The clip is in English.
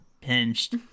pinched